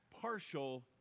partial